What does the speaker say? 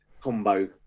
Combo